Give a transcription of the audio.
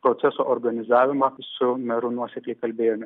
proceso organizavimą su meru nuosekliai kalbėjome